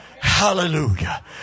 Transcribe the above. Hallelujah